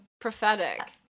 Prophetic